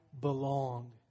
belong